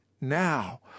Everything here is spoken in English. now